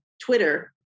Twitter